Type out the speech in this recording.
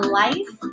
life